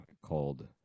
called